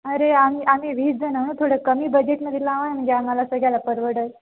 अरे आम्ही आम्ही वीस जणं थोडं कमी बजेटमध्ये लावा म्हणजे आम्हाला सगळ्याला परवडंल